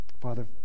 Father